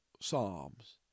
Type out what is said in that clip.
psalms